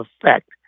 effect